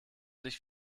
sich